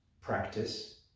practice